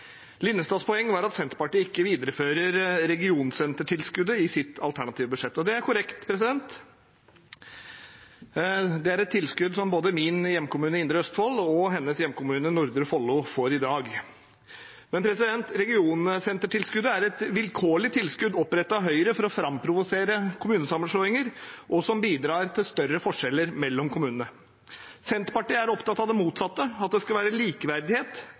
Linnestads poeng var at Senterpartiet ikke viderefører regionsentertilskuddet i sitt alternative budsjett. Det er korrekt. Det er et tilskudd som både min hjemkommune, Indre Østfold, og hennes hjemkommune, Nordre Follo, får i dag. Regionsentertilskuddet er et vilkårlig tilskudd opprettet av Høyre for å framprovosere kommunesammenslåinger, og som bidrar til større forskjeller mellom kommunene. Senterpartiet er opptatt av det motsatte – at det skal være likeverdighet,